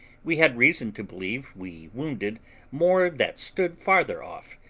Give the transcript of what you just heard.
we had reason to believe we wounded more that stood farther off,